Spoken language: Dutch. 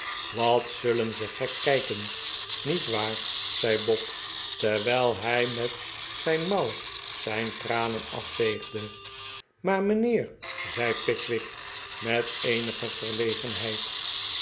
wat zullen ze gek kijken niet waar zei bob terwijl hij met zijn mouw zijn tranen afveegde maar mijnheer zei pickwick met eeni